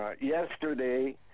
yesterday